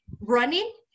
running